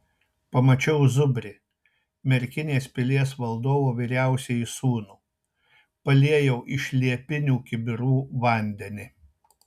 pamačiau zubrį merkinės pilies valdovo vyriausiąjį sūnų paliejau iš liepinių kibirų vandenį